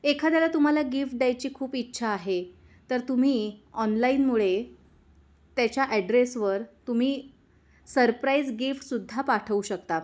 एखाद्याला तुम्हाला गिफ्ट द्यायची खूप इच्छा आहे तर तुम्ही ऑनलाईनमुळे त्याच्या ॲड्रेसवर तुम्ही सरप्राईज गिफ्टसुद्धा पाठवू शकता